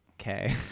Okay